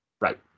Right